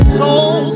soul